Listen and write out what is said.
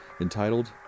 entitled